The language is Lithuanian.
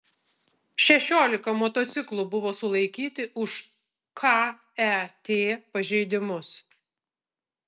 šešiolika motociklų buvo sulaikyti už ket pažeidimus